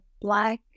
black